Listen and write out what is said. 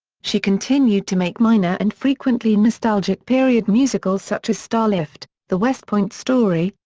she continued to make minor and frequently nostalgic period musicals such as starlift, the west point story,